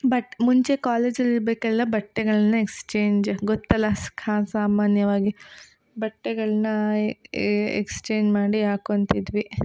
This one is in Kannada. ಬಟ್ ಮುಂಚೆ ಕಾಲೇಜಲ್ಲಿ ಇರ್ಬೇಕಾದ್ರೆಲ್ಲ ಬಟ್ಟೆಗಳನ್ನ ಎಕ್ಸ್ಚೇಂಜ್ ಗೊತ್ತಲ್ವ ಸ್ಕ ಸಾಮಾನ್ಯವಾಗಿ ಬಟ್ಟೆಗಳನ್ನ ಎಕ್ಸ್ಚೇಂಜ್ ಮಾಡಿ ಹಾಕ್ಕೊಂತಿದ್ವಿ